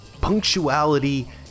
Punctuality